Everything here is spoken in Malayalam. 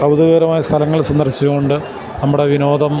കൗതുകകരമായ സ്ഥലങ്ങൾ സന്ദർശിച്ചുകൊണ്ടു നമ്മുടെ വിനോദം